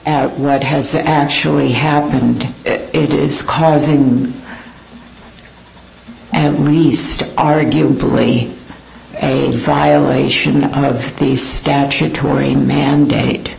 at what has actually happened it is causing at least arguably a violation of the statutory mandate